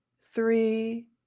three